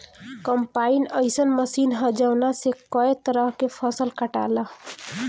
combine अइसन machine ह जवना से कए तरह के फसल कटाला